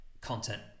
content